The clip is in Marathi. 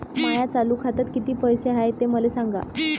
माया चालू खात्यात किती पैसे हाय ते मले सांगा